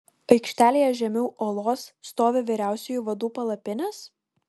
aikštelėje žemiau olos stovi vyriausiųjų vadų palapinės